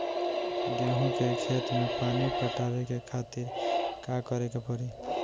गेहूँ के खेत मे पानी पटावे के खातीर का करे के परी?